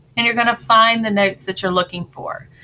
and you're going to find the notes that you're looking for.